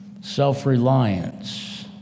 self-reliance